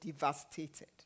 devastated